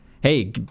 Hey